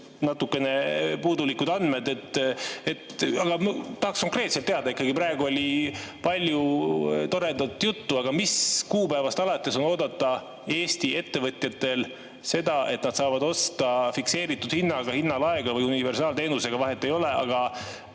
natukene puudulikud andmed. Aga tahaks konkreetselt teada ikkagi. Praegu oli palju toredat juttu, aga mis kuupäevast alates on Eesti ettevõtjatel [alust] oodata seda, et nad saavad osta kas fikseeritud hinnaga, hinnalaega või universaalteenusena – vahet ei ole –, aga